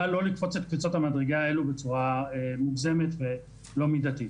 לא לקפוץ את קפיצות המדרגה האלה בצורה מוגזמת ולא מידתית.